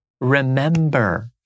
remember